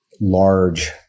large